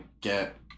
get